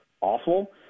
awful